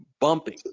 bumping